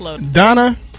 Donna